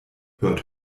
hört